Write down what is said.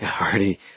already